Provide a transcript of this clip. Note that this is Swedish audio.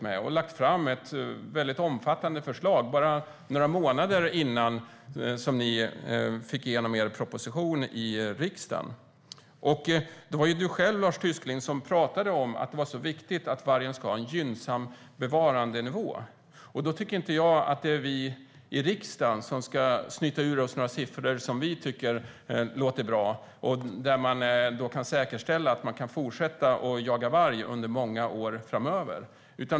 Man lade fram ett väldigt omfattande förslag bara några månader innan ni fick igenom er proposition i riksdagen. Det var ju du själv, Lars Tysklind, som pratade om att det var så viktigt att vargen ska ha en gynnsam bevarandenivå. Då tycker jag att vi i riksdagen inte ska snyta ur oss några siffror som vi tycker låter bra och som säkerställer att man kan fortsätta att jaga varg under många år framöver.